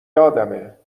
یادمه